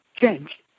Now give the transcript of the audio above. change